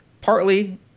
partly